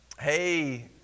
Hey